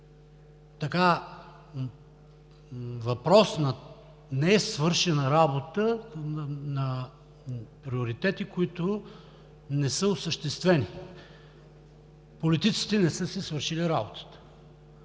бъде въпрос на несвършена работа, на приоритети, които не са осъществени, политиците не са си свършили работата.